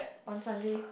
on Sunday